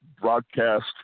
broadcast